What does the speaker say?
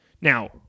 Now